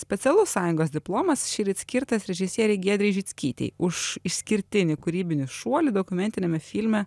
specialus sąjungos diplomas šįryt skirtas režisierei giedrei žickytei už išskirtinį kūrybinį šuolį dokumentiniame filme